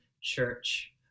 Church